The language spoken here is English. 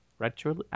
Retroactively